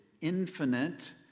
infinite